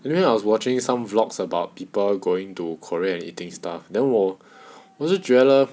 anyway I was watching some vlogs about people going to korea and eating stuff then 我我是觉得